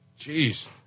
Jeez